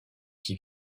qui